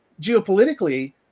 geopolitically